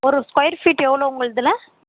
ஒரு square feet எவ்வளோ உங்கள்தில்